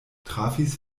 trafis